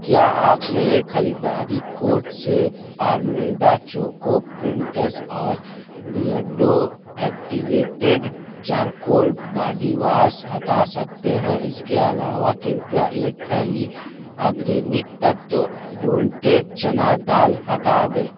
क्या आप मेरे खरीददारी कोर्ट से फार्मेदा चोको पीन्टस और बियर्डो एक्टिवेटेड चारकोल बाडीवास हटा सकते हैं इसके अलावा कृपया एक थैली आग्रेनिक तत्त्व रोंटेट चना दाल हटा दें